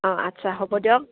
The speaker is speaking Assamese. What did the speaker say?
অঁ আচ্ছা হ'ব দিয়ক